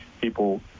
people